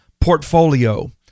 portfolio